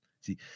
See